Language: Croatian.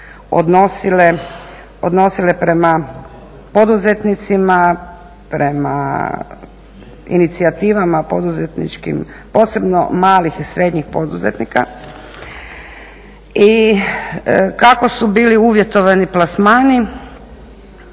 odnosile prema poduzetnicima, prema inicijativama poduzetničkim posebno malih i srednjih poduzetnika i kako su bili uvjetovani plasmani,